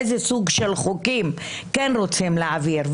איזה סוג של חוקים כן רוצים להעביר,